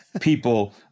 people